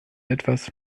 etwas